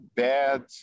bad